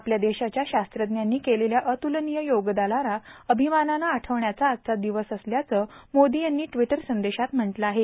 आपल्या देशाच्या शास्त्रजांनी केलेल्या अतुलनिय योगदानाला अभिमानानं आठवण्याचा आजचा दिवस असल्याचं मोदी यांनी व्टिटर संदेशात म्हटलं आहे